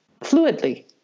fluidly